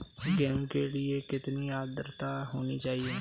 गेहूँ के लिए कितनी आद्रता होनी चाहिए?